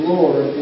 Lord